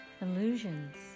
Illusions